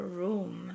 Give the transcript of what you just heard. room